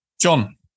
John